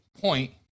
point